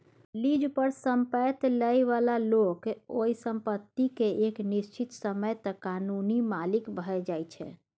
lease पर संपैत लइ बला लोक ओइ संपत्ति केँ एक निश्चित समय तक कानूनी मालिक भए जाइ छै